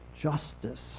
justice